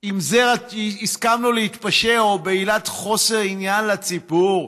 עם זה הסכמנו להתפשר, או בעילת חוסר עניין לציבור,